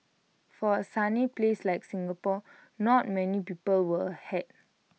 for A sunny place like Singapore not many people wear A hat